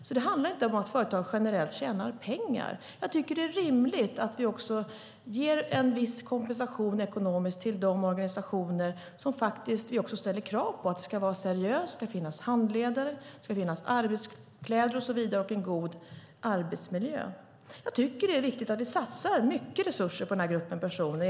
Det handlar alltså inte om att företag generellt tjänar pengar. Jag tycker att det är rimligt att vi ger en viss kompensation ekonomiskt till de organisationer vi ställer krav på ska vara seriösa. Det ska finnas handledare, arbetskläder och så vidare samt en god arbetsmiljö. Jag tycker att det är viktigt att vi satsar mycket resurser på denna grupp personer.